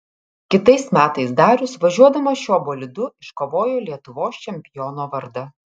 kitais metais darius važiuodamas šiuo bolidu iškovojo lietuvos čempiono vardą